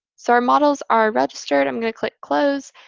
so our models are registered. i'm going to click close.